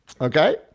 Okay